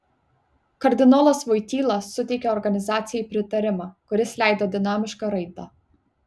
kardinolas voityla suteikė organizacijai pritarimą kuris leido dinamišką raidą